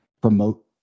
promote